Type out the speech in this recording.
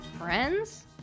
Friends